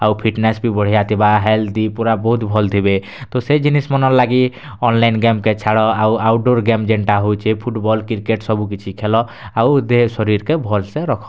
ଆଉ ଫିଟନେସ୍ ବି ବଢିଆ ଥିବା ହେଲ୍ଦି ପୁରା ବହୁତ୍ ଭଲ୍ ଥିବେ ତ ସେଇ ଜିନିଷ୍ ମନର୍ ଲାଗି ଅନଲାଇନ୍ ଗେମ୍ କେ ଛାଡ଼୍ ଆଉ ଆଉଟ୍ ଡ଼ୋର୍ ଯେନ୍ଟା ହେଉଛେ ଫୁଟବଲ୍ କ୍ରିକେଟ୍ ସବୁ କିଛି ଖେଲ୍ ଆଉ ଦେହେ ଶରୀର୍ କେ ଭଲ୍ସେ ରଖ